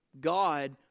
God